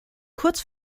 kurz